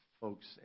folks